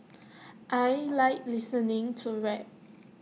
I Like listening to rap